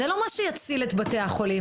הוא לא מה שיציל את בתי החולים.